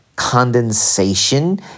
condensation